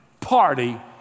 party